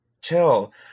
Chill